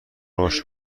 رشد